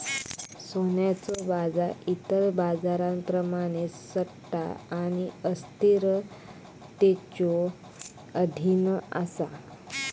सोन्याचो बाजार इतर बाजारांप्रमाणेच सट्टा आणि अस्थिरतेच्यो अधीन असा